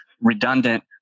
redundant